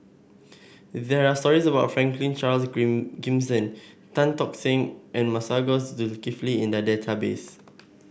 there are stories about Franklin Charles Green Gimson Tan Tock Seng and Masagos Zulkifli in the database